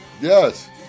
Yes